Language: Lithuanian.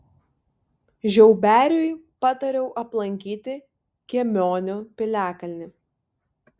žiauberiui patariau aplankyti kiemionių piliakalnį